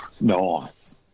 nice